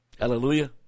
hallelujah